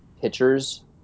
pitchers